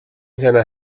seiner